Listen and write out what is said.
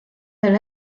del